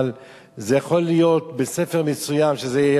אבל זה יכול להיות שבספר מסוים זה יהיה